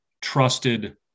trusted